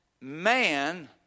man